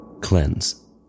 Cleanse